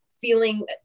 feeling